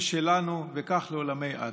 היא שלנו וכך לעולמי-עד.